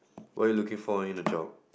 what are you looking for in a job